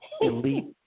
elite